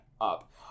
up